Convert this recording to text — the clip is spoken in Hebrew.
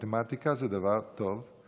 מתמטיקה זה דבר טוב.